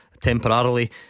temporarily